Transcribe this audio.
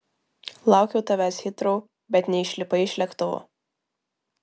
laukiau tavęs hitrou bet neišlipai iš lėktuvo